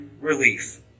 relief